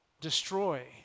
destroy